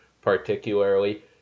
particularly